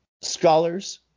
scholars